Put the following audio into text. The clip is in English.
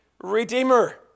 redeemer